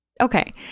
Okay